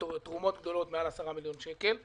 זה צמוד מדד, זה כבר כמעט 10 מיליון שקלים היום.